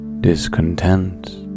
discontent